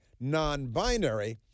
non-binary